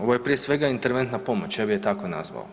Ovo je prije svega interventna pomoć, ja bi je tako nazvao.